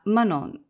Manon